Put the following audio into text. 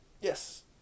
Yes